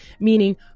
meaning